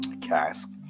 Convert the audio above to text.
cask